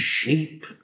sheep